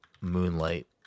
Moonlight